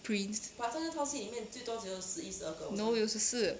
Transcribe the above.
prince no 有十四